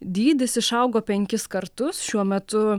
dydis išaugo penkis kartus šiuo metu